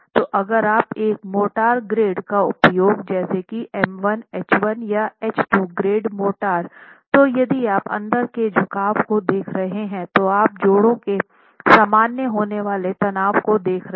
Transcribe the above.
तो अगर आप एक मोर्टार ग्रेड का उपयोग जैसे की M1 H 1 या H 2 ग्रेड मोर्टार तो यदि आप अंदर के झुकाव को देख रहे हैं तो आप जोड़ों के सामान्य होने वाले तनाव को देख रहे हैं